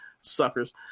Suckers